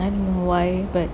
I don't know why but